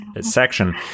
section